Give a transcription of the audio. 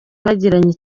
yagiranye